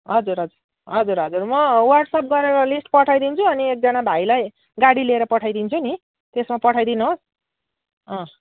हजुर हजुर हजुर हजुर म वाट्सएप गरेर लिस्ट पठाइदिन्छु अनि एकजना भाइलाई गाडी लिएर पठाइदिन्छु नि त्यसमा पठाइदिनुहोस् अँ